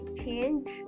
change